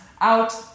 out